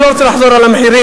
אני לא רוצה לחזור על המחירים.